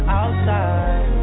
outside